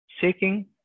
seeking